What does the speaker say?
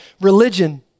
Religion